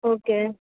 okay